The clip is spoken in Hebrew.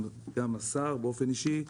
גם השר באופן אישי,